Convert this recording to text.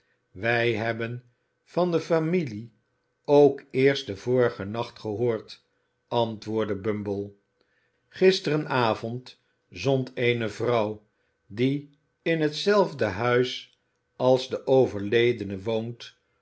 we hebben van de familie ook eerst den vorigen nacht gehoord antwoordde bumble gisteravond zond eene vrouw die in hetzelfde huis als de overledene woont